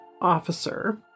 officer